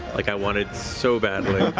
like i wanted so badly.